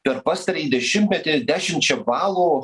per pastarąjį dešimtmetį dešimčia balų